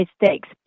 mistakes